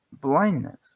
blindness